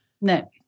No